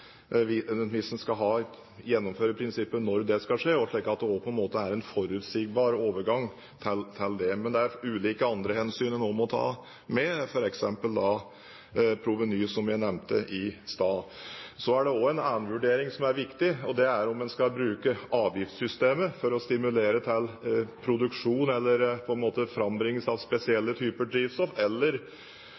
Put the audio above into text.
vi vil ha med i vurderingen – både hvis man skal gjennomføre prinsippet, når det skal skje, og at det også er en forutsigbar overgang til det. Men det er ulike andre hensyn en også må ta med, f.eks. proveny, som jeg nevnte i stad. Så er det også en annen vurdering som er viktig, og det er om en skal bruke avgiftssystemet for å stimulere til produksjon eller frambringelse av spesielle typer drivstoff, om en skal bruke direkte bevilgninger over statsbudsjettet, eller